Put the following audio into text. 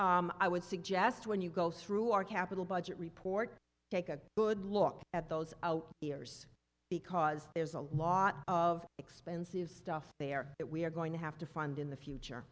i would suggest when you go through our capital budget report take a good look at those out years because there's a lot of expensive stuff there that we are going to have to fund in the future